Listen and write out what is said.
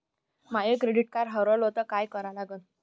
माय credit card हारवलं तर काय करा लागन?